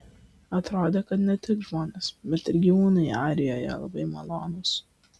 atrodė kad ne tik žmonės bet ir gyvūnai airijoje labai malonūs